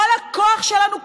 כל הכוח שלנו,